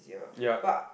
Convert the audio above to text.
yup